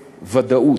בוודאות: